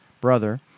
brother